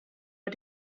are